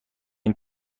این